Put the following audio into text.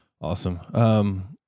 Awesome